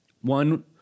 one